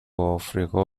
آفریقا